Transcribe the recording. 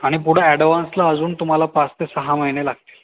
आणि पुढे ॲडवान्सला अजून तुम्हाला पाच ते सहा महिने लागतील